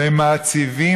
ומציבים,